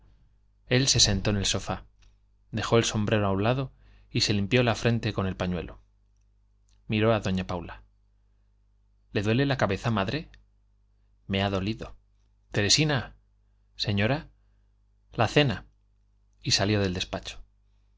él se sentó en el sofá dejó el sombrero a un lado y se limpió la frente con el pañuelo miró a doña paula le duele la cabeza madre me ha dolido teresina señora la cena y salió del despacho